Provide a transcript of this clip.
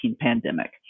pandemic